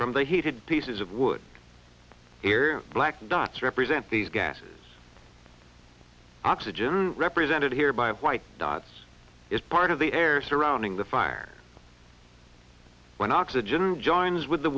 from the heated pieces of wood here black dots represent these gases oxygen represented here by a white dots is part of the air surrounding the fire when oxygen joins with the